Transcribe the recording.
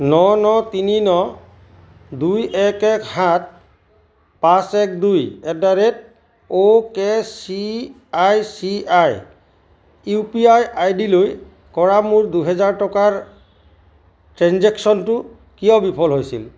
ন ন তিনি ন দুই এক এক সাত পাঁচ এক দুই at the rate okay C I C I U P I I ডিলৈ কৰা মোৰ দুহেজাৰ টকাৰ ট্ৰেঞ্জেকশ্যনটো কিয় বিফল হৈছিল